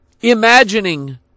imagining